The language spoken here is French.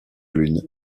lune